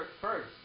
first